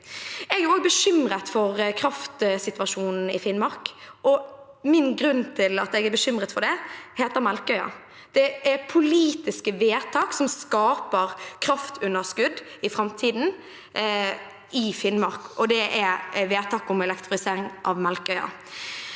Jeg er også bekymret for kraftsituasjonen i Finnmark, og grunnen til at jeg er bekymret for det, er Melkøya. Det politiske vedtaket som skaper kraftunderskudd i framtiden i Finnmark, er vedtaket om elektrifisering av Melkøya.